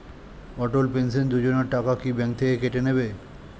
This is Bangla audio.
অটল পেনশন যোজনা টাকা কি ব্যাংক থেকে কেটে নেবে?